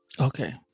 okay